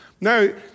Now